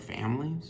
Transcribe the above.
families